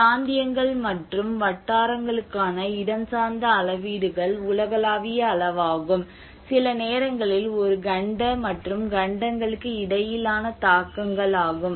பிராந்தியங்கள் மற்றும் வட்டாரங்களுக்கான இடஞ்சார்ந்த அளவீடுகள் உலகளாவிய அளவாகும் சில நேரங்களில் ஒரு கண்ட மற்றும் கண்டங்களுக்கு இடையிலான தாக்கங்கள் ஆகும்